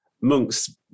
Monks